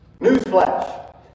Newsflash